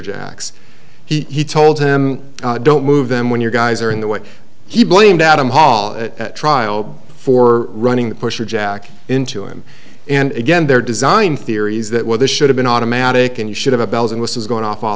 jacks he told them don't move them when your guys are in the way he blamed adam hall at trial for running the pusher jack into him and again their design theory is that well this should have been automatic and you should have a bells and whistles going off all